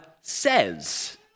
says